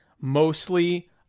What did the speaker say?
Mostly